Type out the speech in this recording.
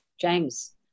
James